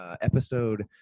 Episode